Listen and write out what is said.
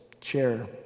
chair